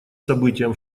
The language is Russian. событиям